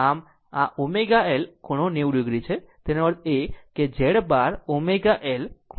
આમ આ ω L ખૂણો 90 o છે તેનો અર્થ એ કે Z બાર ω L ખૂણો 90 o હશે